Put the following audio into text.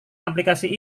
aplikasi